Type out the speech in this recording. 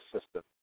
system